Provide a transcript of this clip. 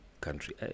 country